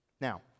now